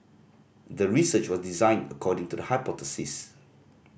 the research was designed according to the hypothesis